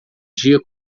dia